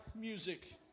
Music